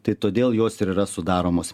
tai todėl jos ir yra sudaromos